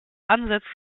ansätze